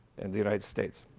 and the united states.